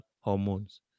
hormones